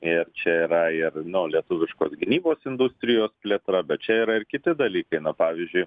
ir čia yra ir nu lietuviškos gynybos industrijos plėtra bet čia yra ir kiti dalykai na pavyzdžiui